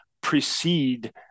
precede